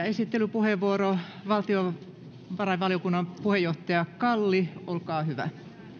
esittelypuheenvuoro valtiovarainvaliokunnan puheenjohtaja kalli olkaa hyvä